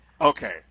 Okay